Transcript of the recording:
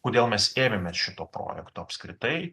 kodėl mes ėmėmės šito projekto apskritai